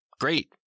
great